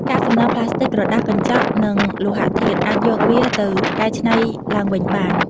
កាកសំណល់ប្លាស្ទិក ក្រដាស កញ្ចក់ និងលោហៈធាតុ អាចយកវាទៅកែច្នៃឡើងវិញបាន។